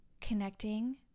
connecting